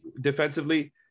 defensively